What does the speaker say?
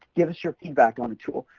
give us your feedback on the tool.